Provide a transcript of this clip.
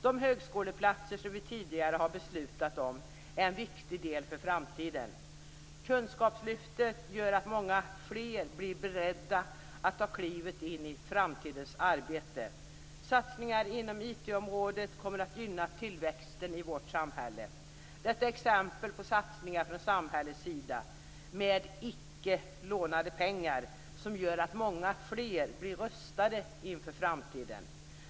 De högskoleplatser som vi tidigare har beslutat om är en viktig del för framtiden. Kunskapslyftet gör att många fler blir beredda att ta klivet in i framtidens arbete. Satsningar inom IT-området kommer att gynna tillväxten i vårt samhälle. Detta är exempel på satsningar från samhällets sida, med icke lånade pengar, som gör att många fler blir rustade inför framtiden.